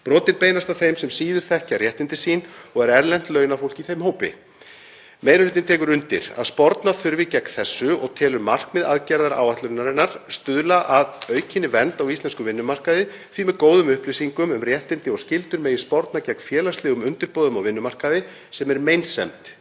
Brotin beinast að þeim sem síður þekkja réttindi sín og er erlent launafólk í þeim hópi. Meiri hlutinn tekur undir að sporna þurfi gegn þessu og telur markmið aðgerðar 4.4 stuðla að aukinni vernd á íslenskum vinnumarkaði því með góðum upplýsingum um réttindi og skyldur megi sporna gegn félagslegum undirboðum á vinnumarkaði sem er meinsemd í íslensku